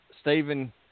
Stephen